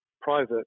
private